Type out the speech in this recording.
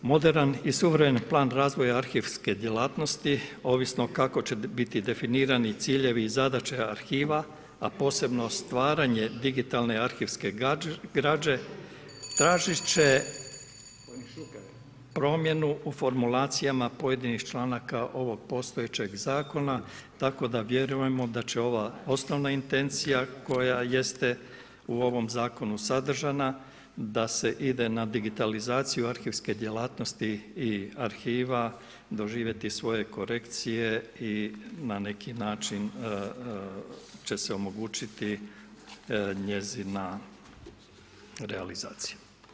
Moderan i suvremen plan razvoja arhivske djelatnosti ovisno kako će biti definirani ciljevi i zadaće arhiva, a posebno stvaranje digitalne arhivske građe, tražit će promjenu u formulacijama pojedinih članaka ovog postojećeg Zakona, tako da vjerujemo da će ova osnovna intencija koja jeste u ovom Zakonu sadržana, da se ide na digitalizaciju arhivske djelatnosti i arhiva doživjeti svoje korekcije i na neki način će se omogućiti njezina realizacija.